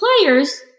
players